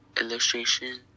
illustration